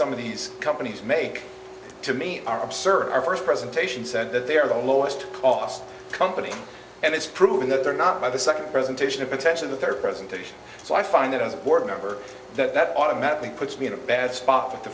some of these companies make to me are absurd our first presentation said that they are the lowest cost company and it's proven that they're not by the second presentation of potentially the third presentation so i find that as a board member that automatically puts me in a bad spot